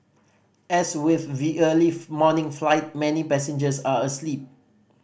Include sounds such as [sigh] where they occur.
as with the early [unintelligible] morning flight many passengers are asleep